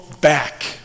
back